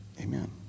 Amen